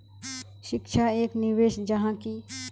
शिक्षा एक निवेश जाहा की?